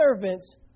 servants